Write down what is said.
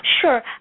Sure